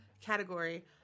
category